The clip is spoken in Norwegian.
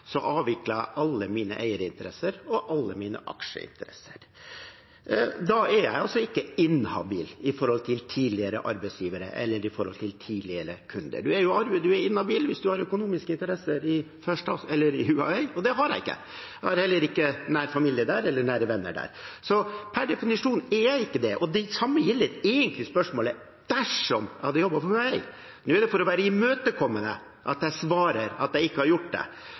alle mine eierinteresser og alle mine aksjeinteresser. Da er jeg altså ikke inhabil i forhold til tidligere arbeidsgivere eller i forhold til tidligere kunder. Man er inhabil hvis man har økonomiske interesser i Huawei, og det har jeg ikke, og jeg har heller ikke nær familie eller nære venner der, så per definisjon er jeg ikke det. Det samme gjelder egentlig spørsmålet dersom jeg hadde jobbet for Huawei. Nå er det for å være imøtekommende at jeg svarer at jeg ikke har gjort det,